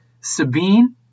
Sabine